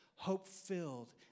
Hope-filled